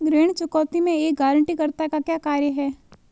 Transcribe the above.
ऋण चुकौती में एक गारंटीकर्ता का क्या कार्य है?